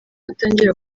atangira